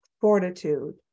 fortitude